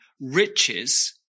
riches